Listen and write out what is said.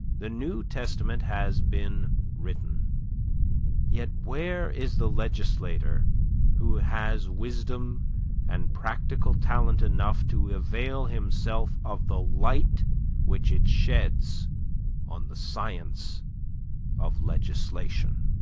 the new testament has been written yet where is the legislator who has wisdom and practical talent enough to avail himself of the light which it sheds on the science of legislation.